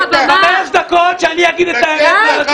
שאדבר חמש דקות, שאני אגיד את האמת.